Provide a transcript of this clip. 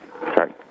Sorry